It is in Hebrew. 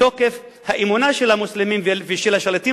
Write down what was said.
מתוקף האמונה של המוסלמים ושל השליטים